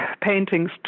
paintings